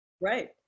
right